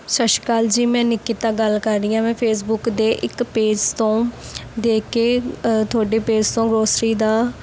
ਸਤਿ ਸ਼੍ਰੀ ਅਕਾਲ ਜੀ ਮੈਂ ਨਿਕਿਤਾ ਗੱਲ ਕਰ ਰਹੀ ਹਾਂ ਫੇਸਬੁੱਕ ਦੇ ਇੱਕ ਪੇਜ ਤੋਂ ਦੇਖ ਕੇ ਤੁਹਾਡੇ ਪੇਜ ਤੋਂ ਗਰੋਸਰੀ ਦਾ